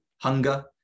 hunger